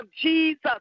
Jesus